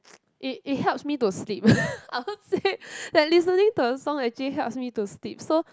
it it helps me to sleep I would say that listening to her song actually helps me to sleep so